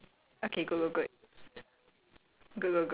okay wait but I never let you down in terms of project before right